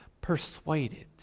persuaded